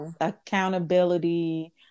accountability